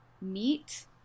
meet